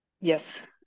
Yes